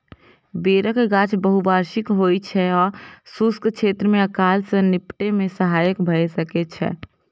बेरक गाछ बहुवार्षिक होइ छै आ शुष्क क्षेत्र मे अकाल सं निपटै मे सहायक भए सकै छै